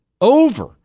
over